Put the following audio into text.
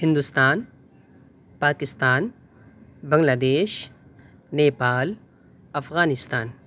Hindustan Pakistan Bangladesh Nepal Afghanistan